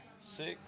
six